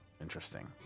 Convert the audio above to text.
Interesting